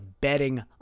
betting